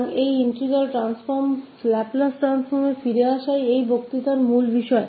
तो ये integral transform Laplace transform में वापस आते है क्योंकि यह इस लेक्चर का मुख्य विषय है